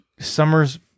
Summer's